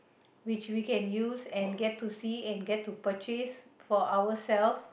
which we can use and get to see and get to purchase for ourself